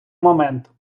момент